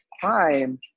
crime